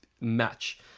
match